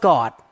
God